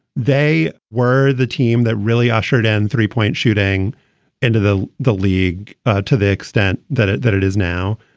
they were the team that really ushered in three point shooting into the the league to the extent that it that it is now.